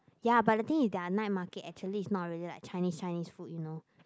ya but the thing is their night market actually is not really like Chinese Chinese food you know